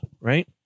Right